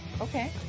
okay